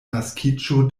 naskiĝo